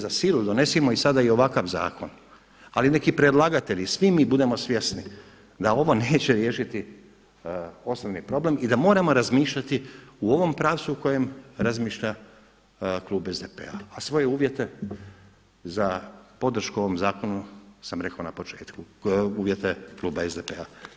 za silu donesimo i sada i ovakav zakon, ali nek0 i predlagatelji, svi mi budemo svjesni da ovo neće riješiti osnovni problem i da moramo razmišljati u ovom pravcu u kojem razmišlja klub SDP-a a svoje uvjete za podršku ovom zakonu sam rekao na početku, uvjete kluba SDP-a.